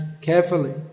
carefully